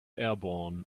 airborne